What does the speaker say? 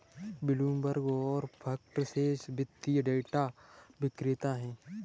Bloomberg और FactSet वित्तीय data विक्रेता हैं